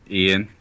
ian